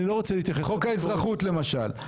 חוק האזרחות למשל,